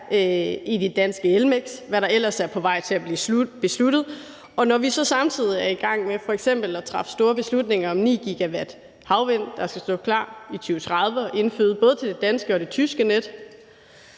i det danske elmiks, og hvad der ellers er på vej til at blive besluttet. Og når vi så samtidig er i gang med f.eks. at træffe store beslutninger om 9 GW havvind, der skal stå klar i 2030, og som skal føde ind til både det danske og det tyske net,